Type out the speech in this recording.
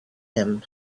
him